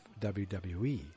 WWE